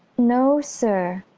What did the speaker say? no sir!